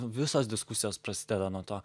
visos diskusijos prasideda nuo to